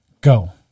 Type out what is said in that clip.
go